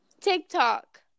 TikTok